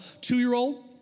two-year-old